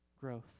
growth